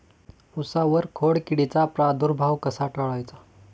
उसावर खोडकिडीचा प्रादुर्भाव कसा टाळायचा?